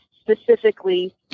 specifically